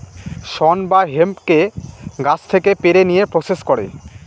শন বা হেম্পকে গাছ থেকে পেড়ে নিয়ে প্রসেস করে